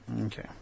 Okay